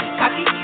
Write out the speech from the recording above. cocky